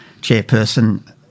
chairperson